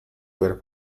per